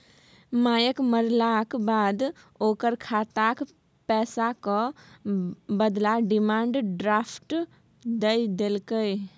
मायक मरलाक बाद ओकर खातक पैसाक बदला डिमांड ड्राफट दए देलकै